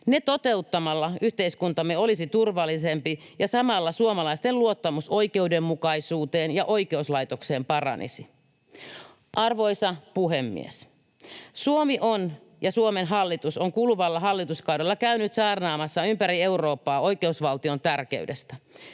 Ne toteuttamalla yhteiskuntamme olisi turvallisempi ja samalla suomalaisten luottamus oikeudenmukaisuuteen ja oikeuslaitokseen paranisi. Arvoisa puhemies! Suomi on, ja Suomen hallitus, kuluvalla hallituskaudella käynyt saarnaamassa ympäri Eurooppaa oikeusvaltion tärkeydestä,